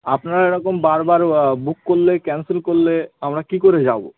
আপনারা এরকম বারবার বুক করলে ক্যানসেল করলে আমরা কী করে যাব